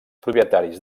propietaris